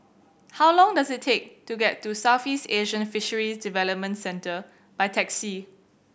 how long does it take to get to Southeast Asian Fisheries Development Centre by taxi